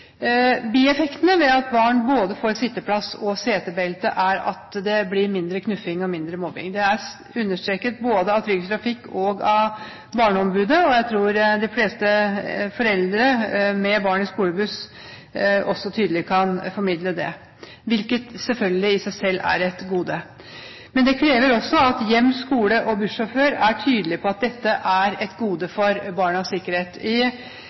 Bieffektene ved at barn både får sitteplass og setebelter, er at det blir mindre knuffing og mindre mobbing. Det er understreket både av Trygg Trafikk og Barneombudet. Jeg tror de fleste foreldre med barn i skolebuss også tydelig kan formidle det – hvilket selvfølgelig i seg selv er et gode. Det krever også at hjem, skole og bussjåfør er tydelig på at dette er til det gode for barnas sikkerhet.